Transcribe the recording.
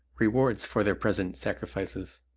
rewards for their present sacrifices.